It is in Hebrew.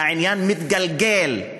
והעניין מתגלגל,